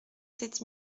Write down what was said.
sept